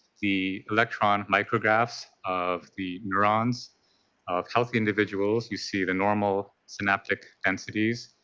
the electron micrographs of the neurons of healthy individuals, you see the normal synaptic densities.